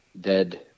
dead